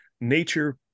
nature